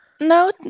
No